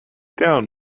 down